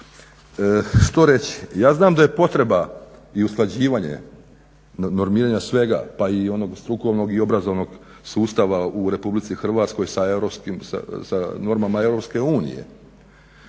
Što reći? Ja znam da je potreba i usklađivanje normiranja svega pa i onog strukovnog i obrazovnog sustava u RH sa normama EU